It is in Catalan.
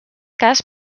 cas